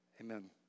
Amen